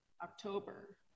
October